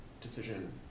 decision